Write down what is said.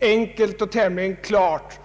enkelt och klart.